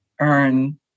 earn